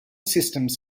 systems